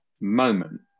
moment